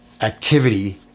activity